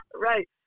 Right